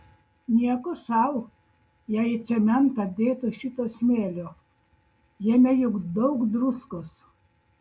nieko sau jei į cementą dėtų šito smėlio jame juk daug druskos